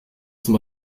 zum